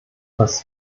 was